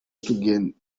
tugenda